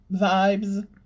vibes